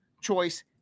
choice